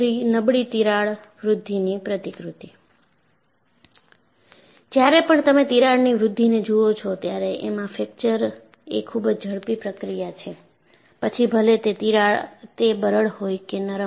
નબળી તિરાડ વૃદ્ધિની પ્રતિકૃતિ જ્યારે પણ તમે તિરાડની વૃદ્ધિને જુઓ છો ત્યારે એમાં ફ્રેકચર એ ખૂબ જ ઝડપી પ્રક્રિયા છે પછી ભલે તે બરડ હોય કે નરમ હોય